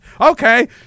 Okay